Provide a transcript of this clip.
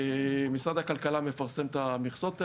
משרד הכלכלה מפרסם את המכסות האלה.